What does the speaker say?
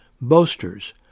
Boasters